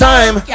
Time